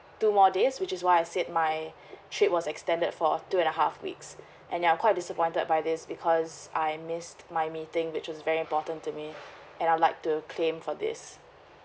two more days which is why I said my trip was extended for two and a half weeks and ya I'm quite disappointed by this because I missed my meeting which is very important to me and I would like to claim for this